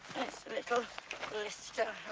little blister